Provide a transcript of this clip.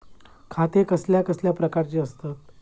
खाते कसल्या कसल्या प्रकारची असतत?